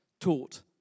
taught